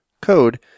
code